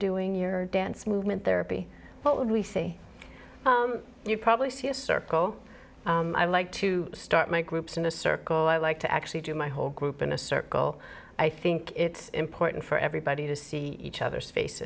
doing your dance movement there but would we say you probably see a circle i like to start my groups in a circle i like to actually do my whole group in a circle i think it's important for everybody to see each other's face